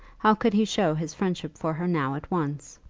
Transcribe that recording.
how could he show his friendship for her now at once?